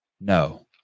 No